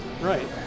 right